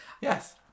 Yes